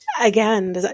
Again